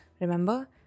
remember